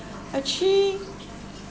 actually